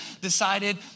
decided